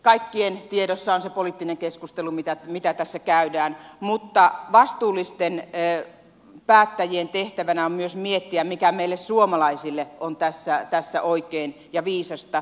kaikkien tiedossa on se poliittinen keskustelu mitä tässä käydään mutta vastuullisten päättäjien tehtävänä on myös miettiä mikä meille suomalaisille on tässä oikein ja viisasta